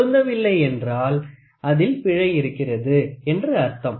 பொருந்தவில்லை என்றால் அதில் பிழை இருக்கிறது என்று அர்த்தம்